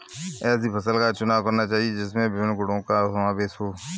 ऐसी फसल का चुनाव करना चाहिए जिसमें विभिन्न गुणों का समावेश हो